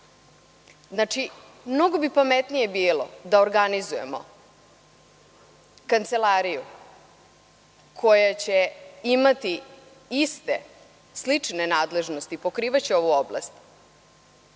mnogo bi pametnije bilo da organizujemo kancelariju koja će imati iste, slične nadležnosti, pokrivaće ovu oblast,